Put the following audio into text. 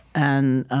and